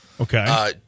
Okay